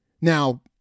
Now